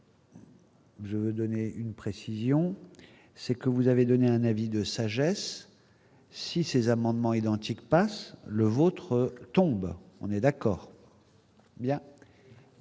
Je veux donner une précision, c'est que vous avez donné un avis de sagesse. Si ces amendements identiques passe le votre tombe, on est d'accord.